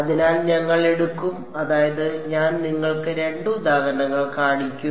അതിനാൽ ഞങ്ങൾ എടുക്കും അതായത് ഞാൻ നിങ്ങൾക്ക് രണ്ട് ഉദാഹരണങ്ങൾ കാണിക്കും